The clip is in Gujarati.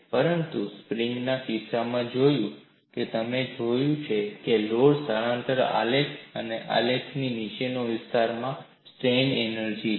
તમે સ્પ્રિંગ ના કિસ્સામાં જોયું છે તમે જોયું છે લોડ સ્થાનાંતર આલેખ અને આલેખની નીચેનો વિસ્તાર એ સ્ટ્રેઇન એનર્જી છે